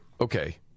okay